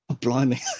Blimey